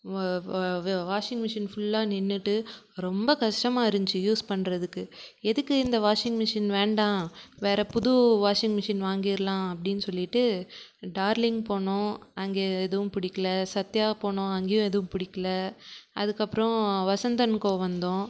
வ வ washing machine ஃபுல்லாக நின்றுட்டு ரொம்ப கஷ்டமா இருந்திச்சு யூஸ் பண்ணுறதுக்கு எதுக்கு இந்த வாஷிங் மிஷின் வேண்டாம் வேறு புது வாஷிங் மிஷின் வாங்கிடுலாம் அப்படின்னு சொல்லிட்டு டார்லிங் போனோம் அங்கே எதுவும் பிடிக்கல சத்யா போனோம் அங்கேயும் எதுவும் பிடிக்கல அதுக்கப்புறம் வசந்த் அண்ட் கோ வந்தோம்